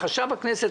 חשב הכנסת,